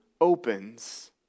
opens